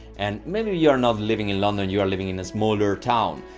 and maybe you're not living in london, you are living in a smaller town,